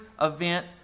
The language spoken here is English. event